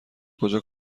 کجا